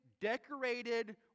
decorated